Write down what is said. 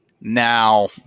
Now